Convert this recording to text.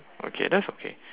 okay that's okay